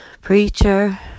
preacher